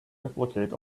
replicate